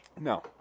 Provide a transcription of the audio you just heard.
No